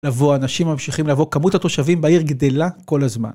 לבוא, אנשים ממשיכים לבוא, כמות התושבים בעיר גדלה כל הזמן.